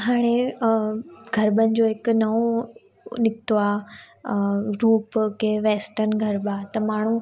हाणे गरबनि जो हिकु नओं निकितो आहे अ रूप के वैस्टर्न गरबा त माण्हू